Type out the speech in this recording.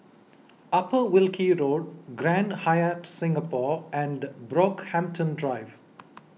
Upper Wilkie Road Grand Hyatt Singapore and Brockhampton Drive